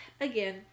again